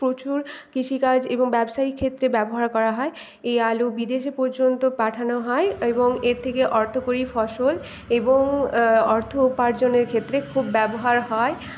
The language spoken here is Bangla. প্রচুর কৃষিকাজ এবং ব্যবসায়িক ক্ষেত্রে ব্যবহার করা হয় এই আলু বিদেশে পর্যন্ত পাঠানো হয় এবং এর থেকে অর্থকরী ফসল এবং অর্থ উপার্জনের ক্ষেত্রে খুব ব্যবহার হয়